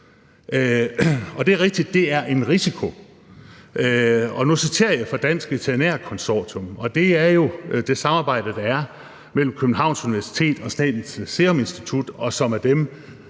Det er rigtigt, at det er en risiko. Nu citerer jeg fra Dansk Veterinær Konsortium, og det er jo det samarbejde, der er, mellem Københavns Universitet og Statens Serum Institut, og det er dem,